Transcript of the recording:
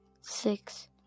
six